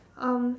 um